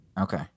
Okay